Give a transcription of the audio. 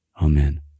Amen